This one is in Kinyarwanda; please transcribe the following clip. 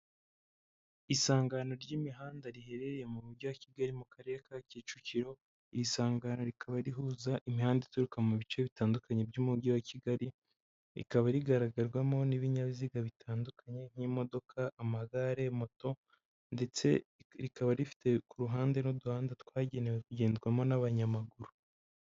Isangano ry'imihanda riherereye mu Mujyi wa Kigali, mu Karere ka Kicukiro. Iri sangano rikaba rihuza imihanda ituruka mu bice bitandukanye by'umujyi wa Kigali, kandi rigaragarwamo n'ibinyabiziga bitandukanye nk'imodoka, amagare, na moto. Rikaba rifite ku ruhande n'uduhanda twagenewe kugenzwamo n'abanyamaguru.